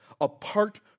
apart